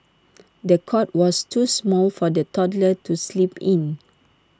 the cot was too small for the toddler to sleep in